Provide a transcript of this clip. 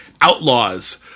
outlaws